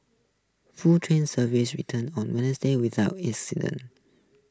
full train service return on Wednesday without incident